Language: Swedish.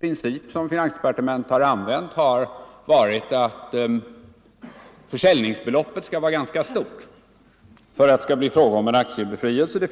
princip som finansdepartementet använt har varit att försäljningsbeloppet skall vara ganska stort för att det skall bli fråga om en skattebefrielse.